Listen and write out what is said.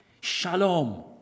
shalom